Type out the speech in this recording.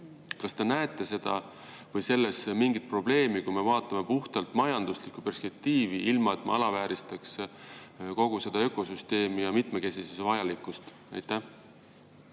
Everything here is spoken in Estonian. Kas te näete selles mingit probleemi, kui me vaatame puhtalt majanduslikku perspektiivi, ilma et me alavääristaks kogu seda ökosüsteemi ja mitmekesisuse vajalikkust? Aitäh,